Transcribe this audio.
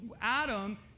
Adam